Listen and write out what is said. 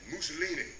Mussolini